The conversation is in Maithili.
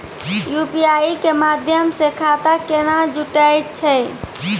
यु.पी.आई के माध्यम से खाता केना जुटैय छै?